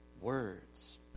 words